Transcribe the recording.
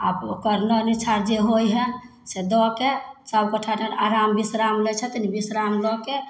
आओर करलहुँ निछा जे होइ हइ से दऽके सभगोटा ओहिठाम आराम विश्राम लै छथिन विश्राम लऽके